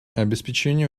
обеспечение